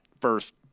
first